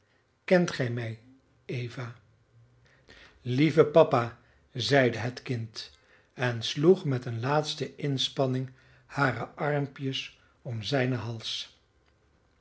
kent gij mij eva lieve papa zeide het kind en sloeg met een laatste inspanning hare armpjes om zijnen hals